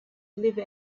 live